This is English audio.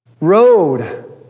road